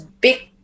big